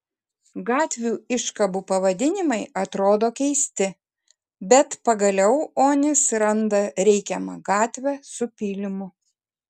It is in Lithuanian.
gatvių iškabų pavadinimai atrodo keisti bet pagaliau onis randa reikiamą gatvę su pylimu